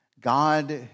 God